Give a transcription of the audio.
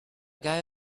guy